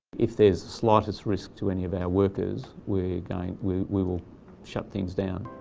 if there's slightest risk to any of our workers we're going, we we will shut things down.